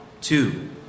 two